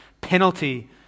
penalty